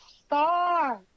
star